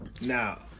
Now